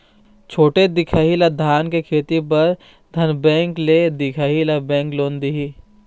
छोटे दिखाही ला धान के खेती बर धन बैंक ले दिखाही ला बैंक लोन दिही?